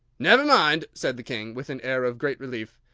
never mind! said the king, with an air of great relief.